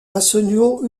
nationaux